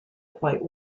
quite